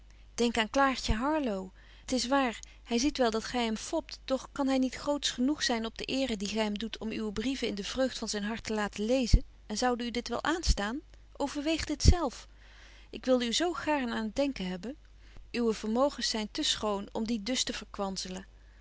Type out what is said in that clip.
denk aan claartje harlowe t is waar hy ziet wel dat gy hem fopt doch kan hy niet grootsch genoeg zyn op de eere die gy hem doet om uwe brieven in de vreugd van zyn hart te laten lezen en zoude u dit wel aanstaan overweeg dit zelf ik wilde u zo gaarn aan het denken hebben uwe vermogens zyn te schoon om die dus te